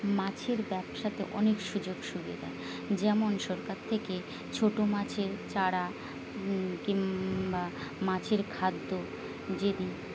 মাছের ব্যবসাতে অনেক সুযোগ সুবিধা যেমন সরকার থেকে ছোট মাছের চারা কিংবা মাছের খাদ্য যদি